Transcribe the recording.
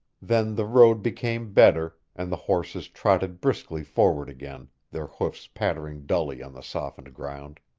then the road became better, and the horses trotted briskly forward again, their hoofs pattering dully on the softened ground.